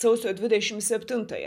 sausio dvidešim septintąją